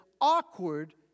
awkward